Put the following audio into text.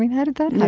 how did that